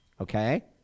Okay